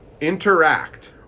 interact